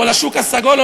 או לשוק הסגול,